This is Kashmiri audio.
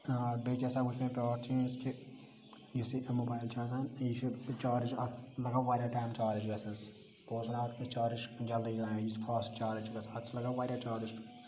بیٚیہِ کیاہ سا وٕچھ مےٚ بیاکھ چیٖز کہِ یُس یہِ مُبایل چھُ آسان یہِ چھُ چارج اتھ لَگان واریاہ ٹایم چارج گَژھنَس بہٕ اوسُس وَنان اتھ گَژھِ چارٕج جلدی فاسٹ چارج گَژھ اتھ چھُ لَگان واریاہ چارج